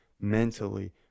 mentally